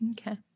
Okay